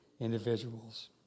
individuals